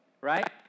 right